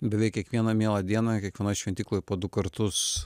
beveik kiekvieną mielą dieną kiekvienoj šventykloj po du kartus